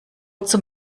zum